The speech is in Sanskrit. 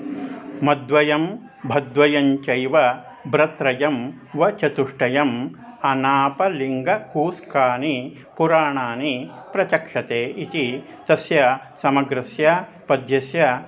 मद्वयं भद्वयञ्चैव ब्रत्रयं वचतुष्टयम् अनापलिङ्गकूस्कानि पुराणानि प्रचक्षते इति तस्य समग्रस्य पद्यस्य